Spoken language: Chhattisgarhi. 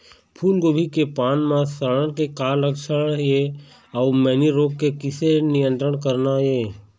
फूलगोभी के पान म सड़न के का लक्षण ये अऊ मैनी रोग के किसे नियंत्रण करना ये?